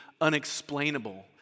unexplainable